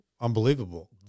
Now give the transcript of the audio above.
unbelievable